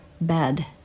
BED